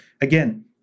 again